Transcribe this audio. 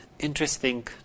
Interesting